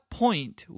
point